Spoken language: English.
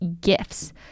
gifts